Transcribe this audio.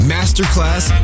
Masterclass